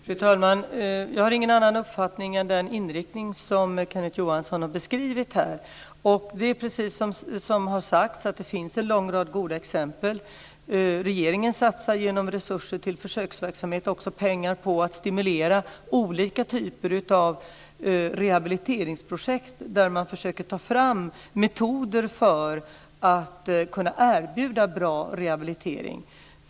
Fru talman! Jag har ingen annan inriktning än den som Kenneth Johansson har beskrivit här. Precis som har sagts finns det en lång rad goda exempel att peka på. Regeringen satsar genom resurser till försöksverksamhet också pengar på att stimulera olika typer av rehabiliteringsprojekt där man försöker ta fram metoder för att kunna erbjuda bra rehabilitering.